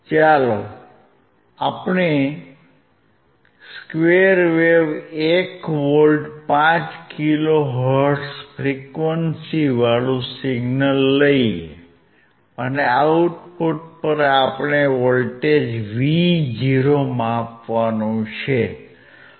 ચાલો square wave 1 volt 5 kilohertz ફ્રીક્વંસીવાળુ signal લઈએ અને આઉટપુટ પર આપણે વોલ્ટેજ Vo માપવાનું છે